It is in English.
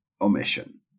omission